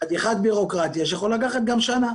זו חתיכת ביורוקרטיה שיכולה לקחת גם שנה,